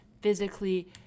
physically